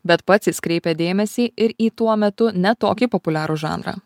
bet pats jis kreipė dėmesį ir į tuo metu ne tokį populiarų žanrą